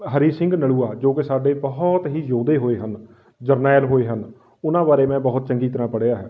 ਹਰੀ ਸਿੰਘ ਨਲੂਆ ਜੋ ਕਿ ਸਾਡੇ ਬਹੁਤ ਹੀ ਯੋਧੇ ਹੋਏ ਹਨ ਜਰਨੈਲ ਹੋਏ ਹਨ ਉਹਨਾਂ ਬਾਰੇ ਮੈਂ ਬਹੁਤ ਚੰਗੀ ਤਰ੍ਹਾਂ ਪੜ੍ਹਿਆ ਹੈ